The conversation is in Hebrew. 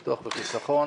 הביטוח וחיסכון,